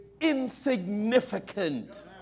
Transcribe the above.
insignificant